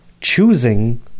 choosing